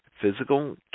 physical